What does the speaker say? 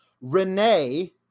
renee